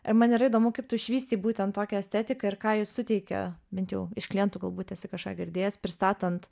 ir man yra įdomu kaip tu išvystei būtent tokią estetiką ir ką ji suteikia bent jau iš klientų galbūt esi kažką girdėjęs pristatant